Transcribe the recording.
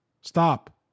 stop